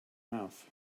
mouth